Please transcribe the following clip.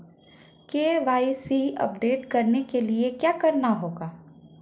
KYC update करने के लिए क्या करना होगा?